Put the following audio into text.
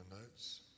notes